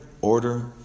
order